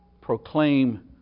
Proclaim